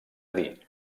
dir